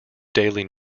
daily